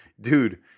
dude